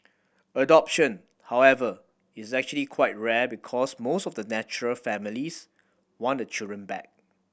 adoption however is actually quite rare because most of the natural families want the children back